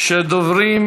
שדוברים